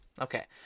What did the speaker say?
Okay